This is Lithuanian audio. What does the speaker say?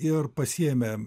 ir pasiėmė